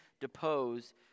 depose